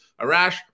Arash